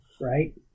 right